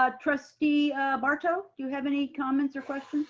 ah trustee barto, do you have any comments or questions?